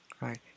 Right